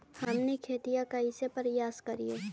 हमनी खेतीया कइसे परियास करियय?